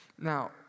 Now